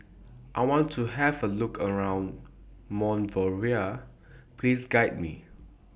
I want to Have A Look around Monrovia Please Guide Me